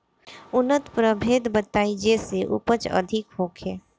उन्नत प्रभेद बताई जेसे उपज अधिक होखे?